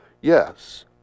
yes